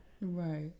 Right